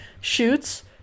shoots